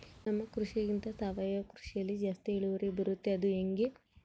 ನಮ್ಮ ಕೃಷಿಗಿಂತ ಸಾವಯವ ಕೃಷಿಯಲ್ಲಿ ಜಾಸ್ತಿ ಇಳುವರಿ ಬರುತ್ತಾ ಅದು ಹೆಂಗೆ?